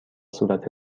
صورت